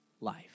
life